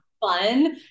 Fun